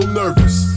nervous